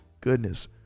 goodness